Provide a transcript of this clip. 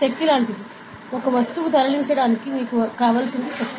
శక్తి లాంటిది ఒక వస్తువును తరలించడానికి మీరు వర్తించేది శక్తి